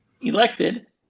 elected